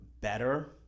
better